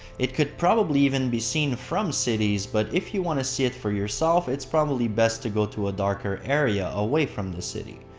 it could probably even be seen from cities but if you want to see it for yourself, it's probably best to go to a darker area away from the city.